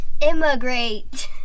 Immigrate